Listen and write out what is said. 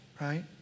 right